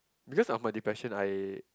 because I'm in a depression I